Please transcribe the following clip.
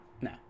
no